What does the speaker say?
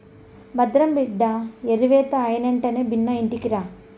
భద్రం బిడ్డా ఏరివేత అయినెంటనే బిన్నా ఇంటికిరా